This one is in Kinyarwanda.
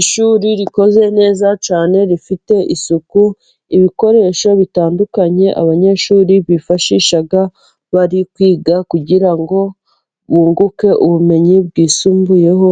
Ishuri rikoze neza cyane，rifite isuku， ibikoresho bitandukanye， abanyeshuri bifashisha bari kwiga，kugira ngo bunguke ubumenyi bwisumbuyeho，